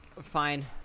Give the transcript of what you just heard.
Fine